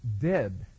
dead